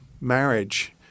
marriage